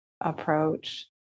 approach